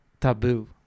taboo